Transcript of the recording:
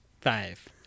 five